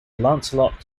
lancelot